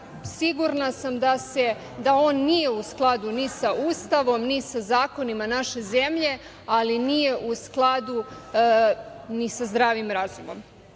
sigurna sam da on nije u skladu ni sa Ustavom, ni sa zakonima naše zemlje, ali nije u skladu ni sa zdravim razumom. Važno